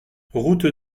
route